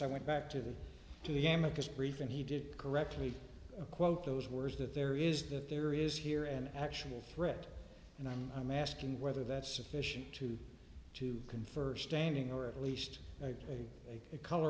i went back to the to the game of his brief and he did correctly quote those words that there is that there is here an actual threat and i'm asking whether that's sufficient to to confer standing or at least make it color